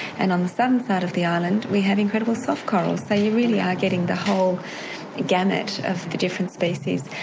and on the southern side of the island we have incredible soft corals, so you really are getting the whole gamut of the different species.